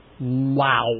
Wow